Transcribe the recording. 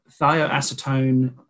Thioacetone